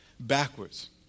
backwards